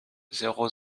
zéro